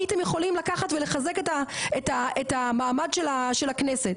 הייתם יכולים לקחת ולחזק את המעמד של הכנסת,